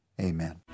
amen